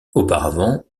auparavant